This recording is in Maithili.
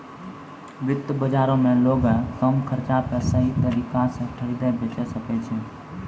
वित्त बजारो मे लोगें कम खर्चा पे सही तरिका से खरीदे बेचै सकै छै